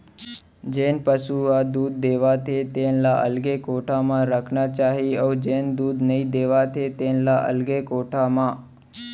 जेन पसु ह दूद देवत हे तेन ल अलगे कोठा म रखना चाही अउ जेन दूद नइ देवत हे तेन ल अलगे कोठा म